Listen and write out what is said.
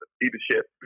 leadership